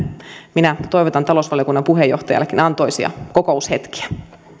minä toivotan talousvaliokunnan puheenjohtajallekin antoisia kokoushetkiä